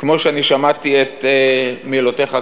כמו שאני שמעתי את מילותיך כאן,